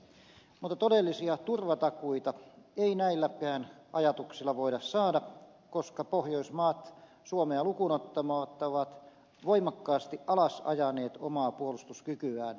mutta todellisia turvatakuita ei näilläkään ajatuksilla voida saada koska pohjoismaat suomea lukuun ottamatta ovat voimakkaasti alasajaneet omaa puolustuskykyään